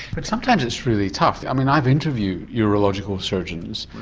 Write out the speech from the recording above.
but sometimes it's really tough, i mean i've interviewed urological surgeons,